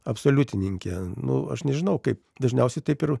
absoliutininkė nu aš nežinau kaip dažniausiai taip ir